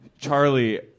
Charlie